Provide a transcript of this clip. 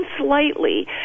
slightly